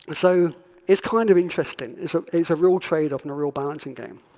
so it's kind of interesting. it's ah a it's a real trade off and a real balancing game.